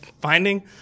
finding